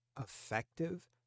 effective